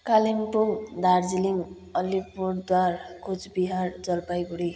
Kalimpong Darjeeling Alipurduar Coochbehar Jalpaiguri